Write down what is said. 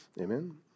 Amen